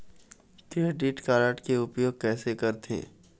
Credit card के उपयोग कैसे करथे?